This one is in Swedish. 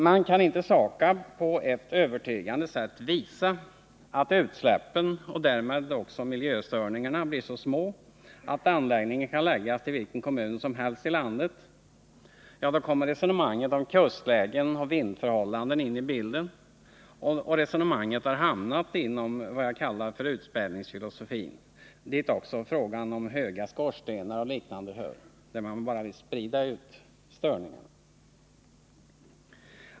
Men kan inte SAKAB på ett övertygande sätt visa att utsläppen, och därmed miljöstörningarna, blir så små att anläggningen kan placeras i vilken kommun som helst i landet, ja, då kommer resonemanget om kustlägen och vindförhållanden in i bilden, och resonemanget har hamnat inom ”utspädningsfilosofin”. Dit hör också frågan om höga skorstenar och liknande, som kan ge upphov till miljöstörningar.